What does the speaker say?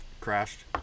crashed